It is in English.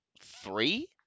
three